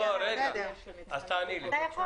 אתה יכול.